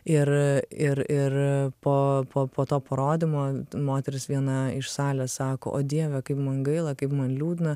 ir ir ir po popo to parodymo moteris viena iš salės sako o dieve kaip man gaila kaip man liūdna